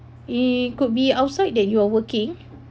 it could be outside that you are working